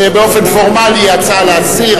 באופן פורמלי היא הצעה להסיר,